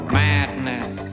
madness